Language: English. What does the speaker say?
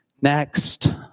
Next